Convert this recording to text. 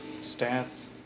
Stats